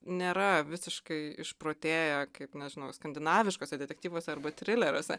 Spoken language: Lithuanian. nėra visiškai išprotėję kaip nežinau skandinaviškuose detektyvuose arba trileriuose